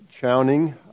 Chowning